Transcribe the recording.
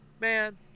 man